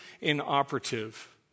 inoperative